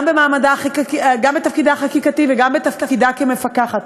גם בתפקידה החקיקתי וגם בתפקידה כמפקחת.